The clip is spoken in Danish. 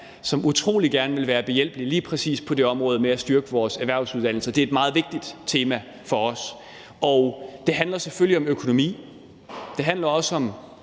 som utrolig gerne vil være behjælpelig lige præcis på det område med at styrke vores erhvervsuddannelser. Det er et meget vigtigt tema for os. Det handler selvfølgelig om økonomi, det handler også om